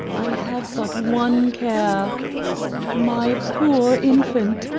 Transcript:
i have but one care my poor infant!